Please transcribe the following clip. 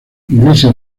iglesia